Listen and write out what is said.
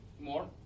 More